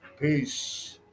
peace